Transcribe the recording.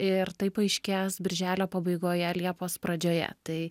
ir tai paaiškės birželio pabaigoje liepos pradžioje tai